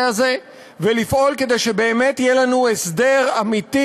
הזה ולפעול כדי שבאמת יהיה לנו הסדר אמיתי,